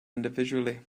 individually